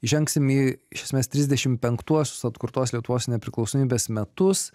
įžengsim į iš esmės trisdešim penktuosius atkurtos lietuvos nepriklausomybės metus